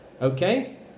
Okay